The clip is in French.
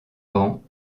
camps